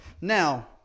Now